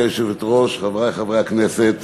גברתי היושבת-ראש, חברי חברי הכנסת,